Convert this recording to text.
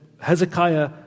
Hezekiah